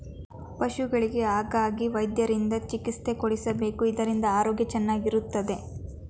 ಪಶುಗಳಿಗೆ ಹಾಗಾಗಿ ಪಶುವೈದ್ಯರಿಂದ ಚಿಕಿತ್ಸೆ ಕೊಡಿಸಬೇಕು ಇದರಿಂದ ಆರೋಗ್ಯ ಚೆನ್ನಾಗಿರುತ್ತದೆ